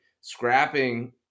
scrapping